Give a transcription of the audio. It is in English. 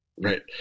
right